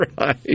right